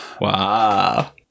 Wow